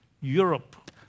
Europe